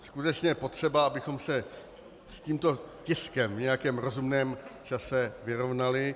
Skutečně je potřeba, abychom se s tímto tiskem v nějakém rozumném čase vyrovnali.